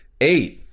eight